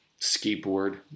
skateboard